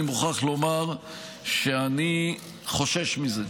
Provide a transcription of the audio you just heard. אני מוכרח לומר שאני חושש מזה.